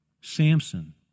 Samson